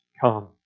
come